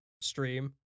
stream